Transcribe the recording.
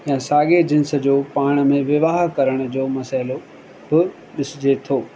या साॻिए जींस जो पाण में विवाह करण जो मसइलो बि ॾिसिजे थो